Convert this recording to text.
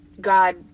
god